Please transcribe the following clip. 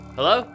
Hello